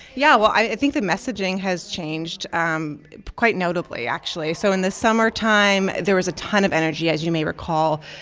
yeah. well, i think the messaging has changed um quite notably, actually. so in the summertime, there was a ton of energy, as you may recall.